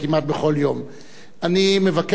אני מבקש מכולם להישאר במקומם,